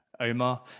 Omar